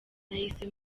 nahise